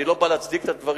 אני לא בא להצדיק את הדברים.